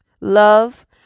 love